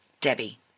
Debbie